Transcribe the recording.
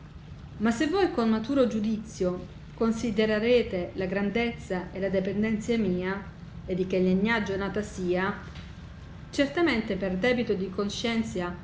ma se voi con maturo giudizio considerarete la grandezza e la dependenzia mia e di che legnaggio nata sia certamente per debito di conscienzia